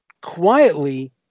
quietly